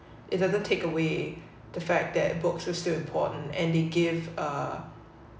it doesn't take away the fact that books are still important and they give uh